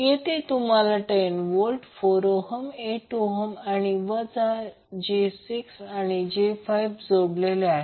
येथे तुमच्याकडे 10 volts 4 ohm8 ohm आणि वजा j6 आणि j5 जोडलेले आहेत